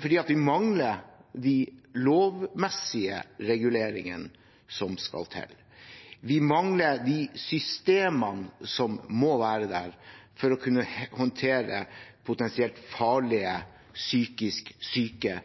for vi mangler de lovmessige reguleringene som skal til. Vi mangler de systemene som må være der for å kunne håndtere potensielt farlige, psykisk syke